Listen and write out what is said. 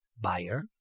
buyer